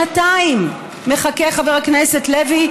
שנתיים מחכה חבר הכנסת לוי,